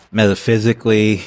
metaphysically